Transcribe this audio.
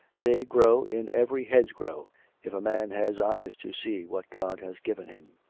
they grow in every hedgerow if a man has eyes to see what god has given him.